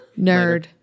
nerd